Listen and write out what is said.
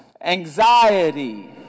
anxiety